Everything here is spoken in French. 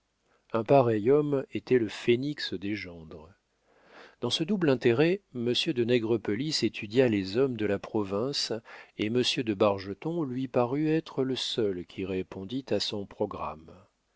un pareil homme était le phénix des gendres dans ce double intérêt monsieur de nègrepelisse étudia les hommes de la province et monsieur de bargeton lui parut être le seul qui répondît à son programme